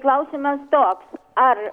klausimas toks ar